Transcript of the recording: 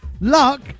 Luck